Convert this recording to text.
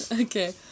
Okay